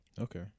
Okay